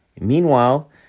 Meanwhile